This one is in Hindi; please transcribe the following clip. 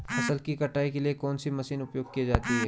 फसल की कटाई के लिए कौन सी मशीन उपयोग की जाती है?